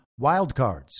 wildcards